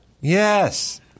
Yes